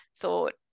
thought